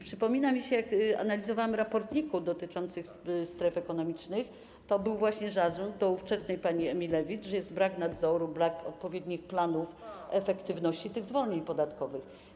Przypomina mi się, że jak analizowałam raport NIK-u dotyczący stref ekonomicznych, to był właśnie zarzut wobec pani Emilewicz, że jest brak nadzoru, brak odpowiednich planów efektywności zwolnień podatkowych.